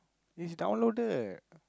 is downloaded